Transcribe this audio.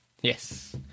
Yes